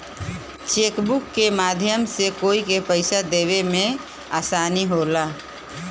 chequebook के माध्यम से कोई के पइसा देवे में आसानी होला